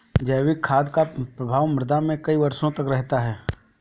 जैविक खाद का प्रभाव मृदा में कई वर्षों तक रहता है